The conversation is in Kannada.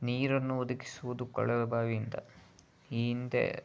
ನೀರನ್ನು ಒದಗಿಸುವುದು ಕೊಳವೆ ಬಾವಿಯಿಂದ ಈ ಹಿಂದೆ